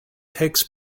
takes